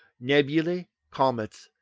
nebulae, comets,